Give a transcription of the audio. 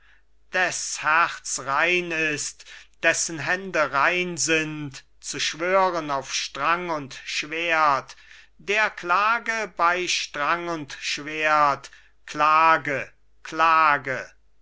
des herz rein ist dessen händ rein sind zu schwören auf strang und schwert der klage bei strang und schwert klage klage